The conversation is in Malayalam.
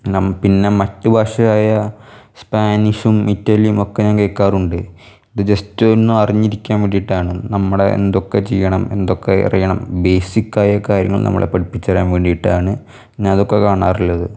നാം പിന്നെ മറ്റ് ഭാഷയായ സ്പാനിഷും ഇറ്റലിയും ഒക്കെ ഞാൻ കേൾക്കാറുണ്ട് ഇത് ജസ്റ്റ് ഒന്ന് അറിഞ്ഞിരിക്കാൻ വേണ്ടിയിട്ടാണ് നമ്മൾ എന്തൊക്കെ ചെയ്യണം എന്തൊക്കെ അറിയണം ബേസിക്കായ കാര്യങ്ങൾ നമ്മളെ പഠിപ്പിച്ച് തരാൻ വേണ്ടിയിട്ടാണ് ഞാൻ ഇതൊക്കെ കാണാറുള്ളത്